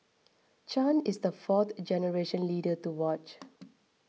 Chan is the fourth generation leader to watch